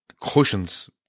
cushions